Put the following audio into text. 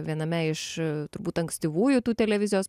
viename iš turbūt ankstyvųjų tų televizijos